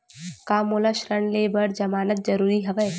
का मोला ऋण ले बर जमानत जरूरी हवय?